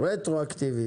רטרואקטיבית?